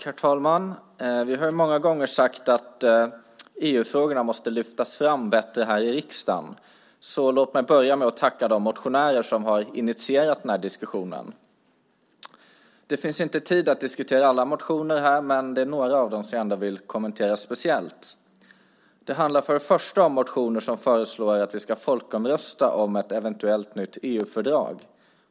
Herr talman! Vi har ju många gånger sagt att EU-frågorna måste lyftas fram bättre här i riksdagen. Låt mig därför börja med att tacka de motionärer som har initierat den här diskussionen. Det finns inte tid att diskutera alla motioner, men jag vill kommentera några av dem speciellt. Det handlar för det första om motioner som föreslår att vi ska folkomrösta om ett eventuellt nytt EU-fördrag.